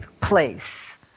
place